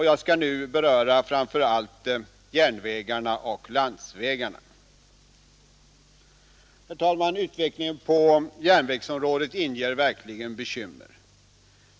Jag skall nu beröra framför allt järnvägarna och landsvägarna. Utvecklingen på järnvägsområdet inger verkligen bekymmer.